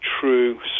true